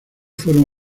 fueron